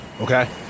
okay